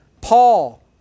Paul